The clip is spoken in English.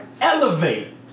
elevate